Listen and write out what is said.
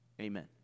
Amen